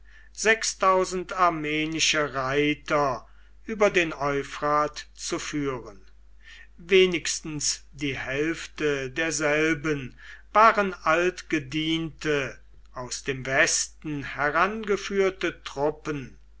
armenische reiter über den euphrat zu führen wenigstens die hälfte derselben waren altgediente aus dem westen herangeführte truppen